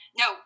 no